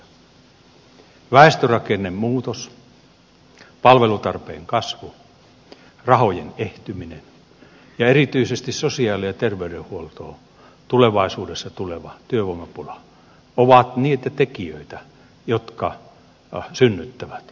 väestörakennemuutos palvelutarpeen kasvu rahojen ehtyminen ja erityisesti sosiaali ja terveydenhuoltoon tulevaisuudessa tuleva työvoimapula ovat niitä tekijöitä jotka synnyttävät uudistustarpeen